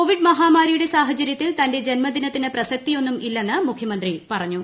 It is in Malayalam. കോവിഡ് മഹാമാരിയുടെ സാഹചര്യത്തിൽ തന്റെ ജൻമദിനത്തിന് പ്രസക്തിയൊന്നും ഇല്ലെന്ന് മുഖ്യമന്ത്രി പറഞ്ഞു